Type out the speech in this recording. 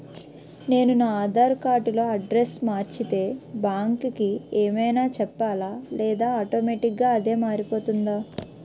నేను నా ఆధార్ కార్డ్ లో అడ్రెస్స్ మార్చితే బ్యాంక్ కి ఏమైనా చెప్పాలా లేదా ఆటోమేటిక్గా అదే మారిపోతుందా?